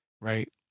Right